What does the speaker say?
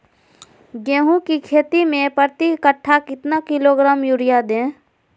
गेंहू की खेती में प्रति कट्ठा कितना किलोग्राम युरिया दे?